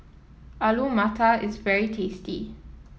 Alu Matar is very tasty